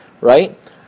right